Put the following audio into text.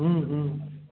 हूँ हूँ